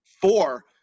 four